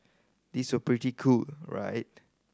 these were pretty cool right